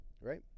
Right